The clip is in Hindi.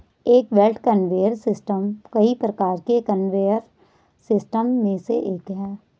एक बेल्ट कन्वेयर सिस्टम कई प्रकार के कन्वेयर सिस्टम में से एक है